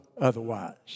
otherwise